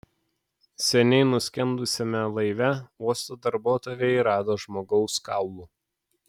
seniai nuskendusiame laive uosto darbuotojai rado žmogaus kaulų